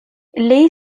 lay